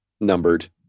numbered